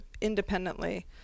independently